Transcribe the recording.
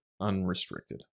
unrestricted